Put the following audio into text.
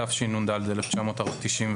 התשנ"ד-1994,